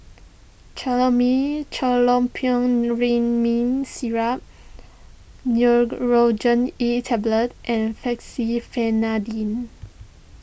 Chlormine Syrup Nurogen E Tablet and Fexofenadine